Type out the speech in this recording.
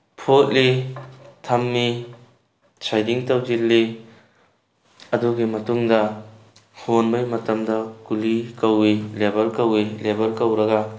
ꯐꯣꯠꯂꯤ ꯊꯝꯃꯤ ꯁꯥꯏꯗꯤꯡ ꯇꯧꯁꯤꯜꯂꯤ ꯑꯗꯨꯒꯤ ꯃꯇꯨꯡꯗ ꯍꯣꯟꯕꯒꯤ ꯃꯇꯝꯗ ꯀꯨꯂꯤ ꯀꯧꯏ ꯂꯦꯕꯔ ꯀꯧꯏ ꯂꯦꯕꯔ ꯀꯧꯔꯒ